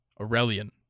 Aurelian